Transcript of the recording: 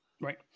right